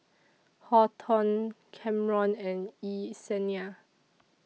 Horton Kamron and Yesenia